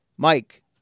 Mike